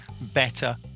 better